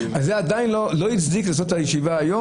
זה עדיין לא הצדיק לעשות את הישיבה היום